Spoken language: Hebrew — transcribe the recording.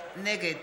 נגד